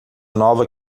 nova